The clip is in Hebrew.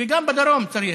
וגם בדרום צריך,